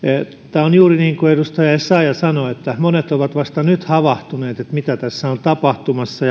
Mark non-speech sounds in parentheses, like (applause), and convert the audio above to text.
tämä on juuri niin kuin edustaja essayah sanoi että monet ovat vasta nyt havahtuneet siihen mitä tässä on tapahtumassa (unintelligible)